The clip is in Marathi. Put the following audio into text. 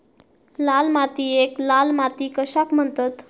लाल मातीयेक लाल माती कशाक म्हणतत?